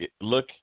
look